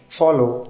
follow